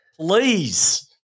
Please